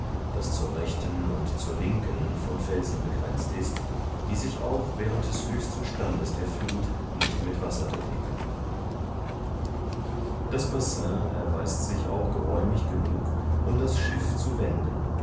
das zur rechten und zur linken von felsen begrenzt ist die sich auch während des höchsten standes der fluth nicht mit wasser bedecken das bassin erweist sich auch geräumig genug um das schiff zu wenden